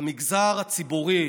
המגזר הציבורי,